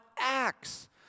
acts